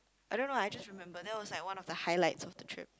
I don't know I just remember that was like one of the highlights of the trip